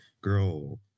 girl